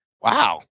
Wow